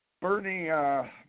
Bernie